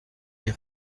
les